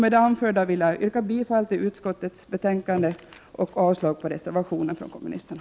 Med det anförda yrkar jag bifall till hemställan i utskottets betänkande och avslag på reservationen från kommunisterna.